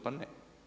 Pa ne.